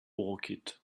orchid